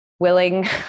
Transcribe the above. willing